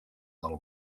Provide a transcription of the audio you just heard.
del